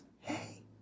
hey